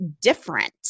different